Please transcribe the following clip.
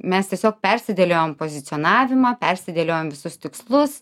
mes tiesiog persidėliojom pozicionavimą persidėliojom visus tikslus